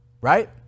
right